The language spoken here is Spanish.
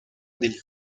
del